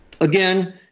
Again